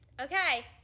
Okay